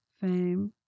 Fame